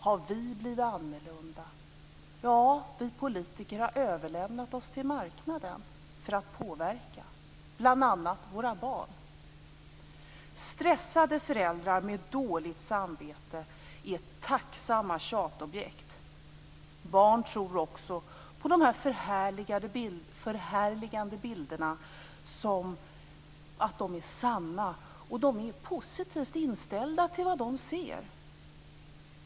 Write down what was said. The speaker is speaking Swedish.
Har vi blivit annorlunda? Ja, vi politiker har överlämnat oss till marknaden för att påverka bl.a. våra barn. Stressade föräldrar med dåligt samvete är tacksamma tjatobjekt. Barn tror också att dessa förhärligande bilder är sanna. De är positivt inställda till det de ser.